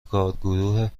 کارگروه